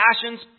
passions